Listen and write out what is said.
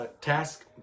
task